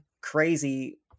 crazy